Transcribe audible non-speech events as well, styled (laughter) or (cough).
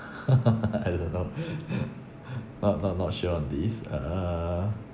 (laughs) I don't know (noise) not not not sure on this uh